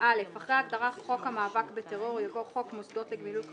(א)אחרי ההגדרה "חוק המאבק בטרור" יבוא: ""חוק מוסדות לגמילות חסדים"